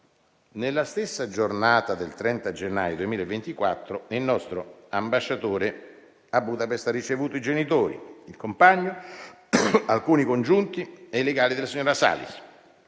Nella stessa giornata del 30 gennaio 2024, il nostro ambasciatore a Budapest ha ricevuto i genitori, il compagno, alcuni congiunti e il legale della signora Salis.